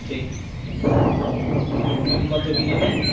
ঠিক বুকিং কত কিনবেন